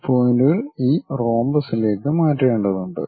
ഈ പോയിന്റുകൾ ഈ റോമ്പസിലേക്ക് മാറ്റേണ്ടതുണ്ട്